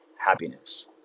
happiness